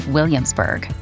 Williamsburg